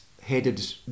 headed